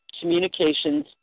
Communications